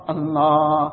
Allah